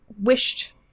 wished